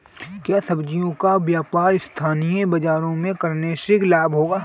क्या सब्ज़ियों का व्यापार स्थानीय बाज़ारों में करने से लाभ होगा?